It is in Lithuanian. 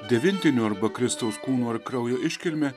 devintinių arba kristaus kūno ir kraujo iškilmę